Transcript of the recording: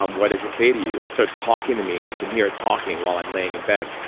um what does it say to you? it starts talking to me and i can hear it talking while i'm laying in bed.